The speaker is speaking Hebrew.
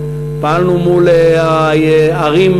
פעלנו מול המשרד להגנת העורף,